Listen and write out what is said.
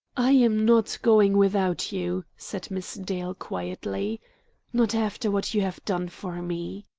i am not going without you, said miss dale quietly not after what you have done for me.